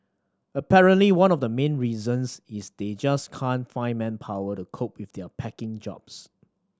apparently one of the main reasons is they just can't find manpower to cope with their packing jobs